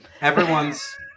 Everyone's